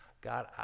God